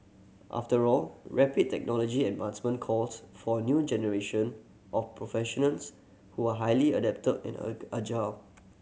after all rapid technology advancement calls for a new generation of professionals who are highly adaptable and agile